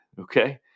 Okay